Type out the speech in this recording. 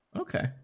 Okay